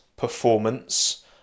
performance